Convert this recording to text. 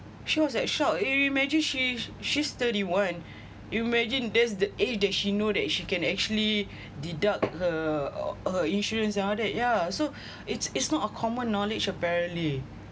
she was at shocked you imagine she was thirty one imagine that's the age that she know that she can actually deduct her uh her insurance all that yeah so it's it's not a common knowledge apparently